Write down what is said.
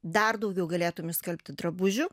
dar daugiau galėtum išskalbti drabužių